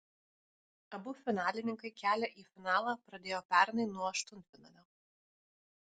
abu finalininkai kelią į finalą pradėjo pernai nuo aštuntfinalio